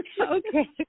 okay